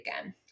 again